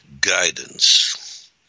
guidance